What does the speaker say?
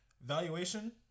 Valuation